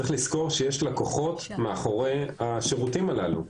צריך לזכור שיש לקוחות מאחורי השירותים הללו.